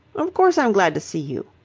of course i'm glad to see you.